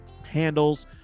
handles